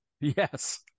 Yes